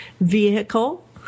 vehicle